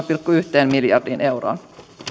pilkku yhteen miljardiin euroon